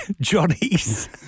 johnny's